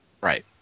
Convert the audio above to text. right